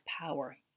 power